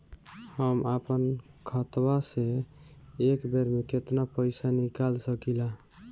हम आपन खतवा से एक बेर मे केतना पईसा निकाल सकिला?